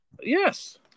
Yes